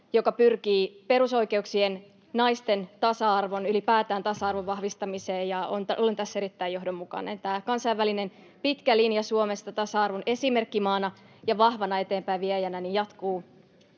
joka pyrkii perusoikeuksien, naisten tasa-arvon, ylipäätään tasa-arvon vahvistamiseen, ja olen tässä erittäin johdonmukainen. [Veronika Honkasalo: Myös oman puolueenne sisällä?] Tämä kansainvälinen pitkä linja Suomesta tasa-arvon esimerkkimaana ja vahvana eteenpäinviejänä jatkuu